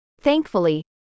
Thankfully